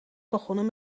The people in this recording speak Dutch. begonnen